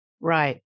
Right